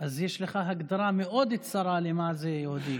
אז יש לך הגדרה מאוד צרה למה זה יהודי.